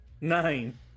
Nine